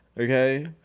Okay